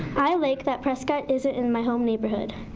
i like that prescott isn't in my home neighborhood.